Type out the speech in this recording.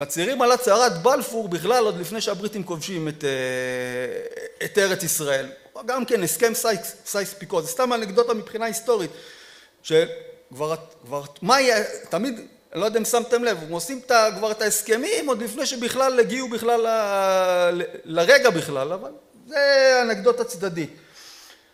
מצהירים על הצהרת בלפור בכלל עוד לפני שהבריטים כובשים את את ארץ ישראל. גם כן הסכם סייס פיקו, זה סתם אנקדוטה מבחינה היסטורית, שכבר מה תמיד לא יודע אם שמתם לב הם עושים כבר את ההסכמים עוד לפני שבכלל הגיעו בכלל לרגע בכלל, אבל זה אנקדוטה צדדית.